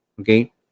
Okay